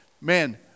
man